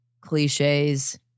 cliches